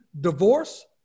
divorce